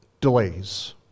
Delays